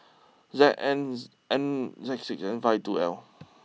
Z N five two L